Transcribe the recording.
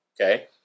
okay